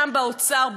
שם באוצר,